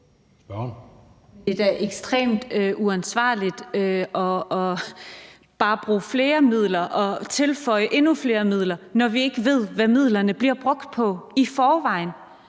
Det er da ekstremt uansvarligt bare at bruge flere midler og tilføje endnu flere midler, når vi i forvejen ikke ved, hvad midlerne bliver brugt på. Kunne